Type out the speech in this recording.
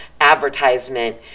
advertisement